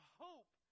hope